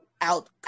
out